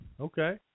Okay